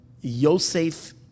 Yosef